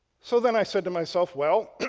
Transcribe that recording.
so, then i said to myself, well,